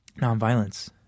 nonviolence